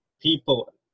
people